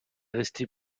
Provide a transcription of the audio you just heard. resté